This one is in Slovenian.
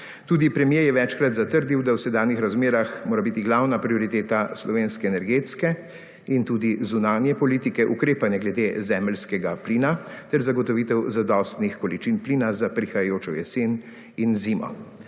Tudi premier je večkrat zatrdil, da v dosedanjih razmerah mora biti glavna prioriteta slovenske energetske in tudi zunanje politike ukrepanje glede zemeljskega plina ter zagotovitev zadostnih količin plina za prihajajočo jesen in zimo.